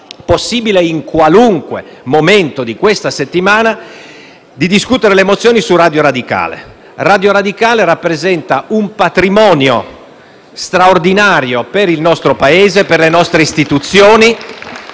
possibile, in qualunque momento di questa settimana - le mozioni su Radio Radicale. Radio Radicale rappresenta un patrimonio straordinario per il nostro Paese e per le nostre istituzioni.